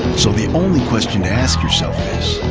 so the only question to ask yourself is,